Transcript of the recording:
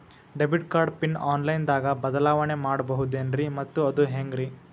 Debit card pin online ದಾಗ ಬದಲಾವಣೆ ಮಾಡಬಹುದೇನ್ರಿ ಮತ್ತು ಅದು ಹೆಂಗ್ರಿ?